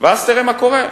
ואז תראה מה קורה.